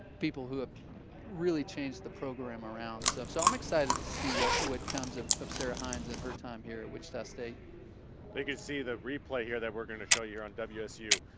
people who have really changed the program around. so so i'm excited to see what what comes of of sarah hines in her time here at wichita state. will you can see the replay here that we're going to show you on wsutv.